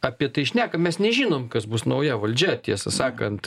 apie tai šnekam mes nežinom kas bus nauja valdžia tiesą sakant